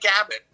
Abbott